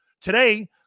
Today